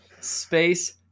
space